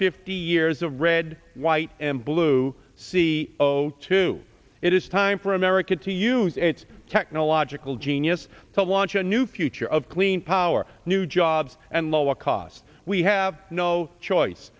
fifty years of red white and blue c o two it is time for america to use a its no logical genius to launch a new future of clean power new jobs and lower costs we have no choice